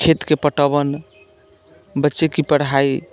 खेतके पटवन बच्चे की पढ़ाइ